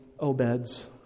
Obed's